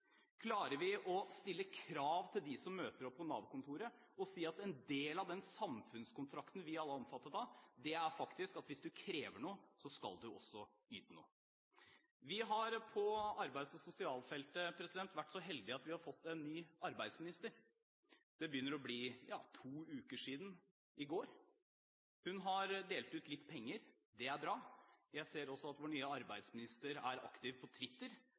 Klarer vi å stille krav til dem som møter opp på Nav-kontoret, og si at en del av den samfunnskontrakten vi alle er omfattet av, faktisk er at hvis du krever noe, skal du også yte noe? Vi har på arbeids- og sosialfeltet vært så heldige at vi har fått en ny arbeidsminister. Det begynner å bli to uker siden – i morgen. Hun har delt ut litt penger. Det er bra. Jeg ser også at vår nye arbeidsminister er aktiv på Twitter.